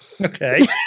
Okay